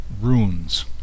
Runes